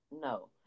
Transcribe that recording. No